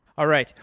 all right.